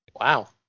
Wow